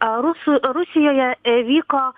rusų rusijoje vyko